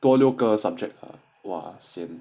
做六个 subject ah !wah! sian